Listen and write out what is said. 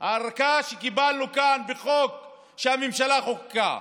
ארכה שקיבלנו כאן בחוק שהממשלה חוקקה.